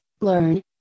learn